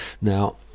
Now